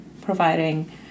providing